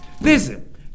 Listen